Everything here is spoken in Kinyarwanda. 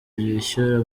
bishyura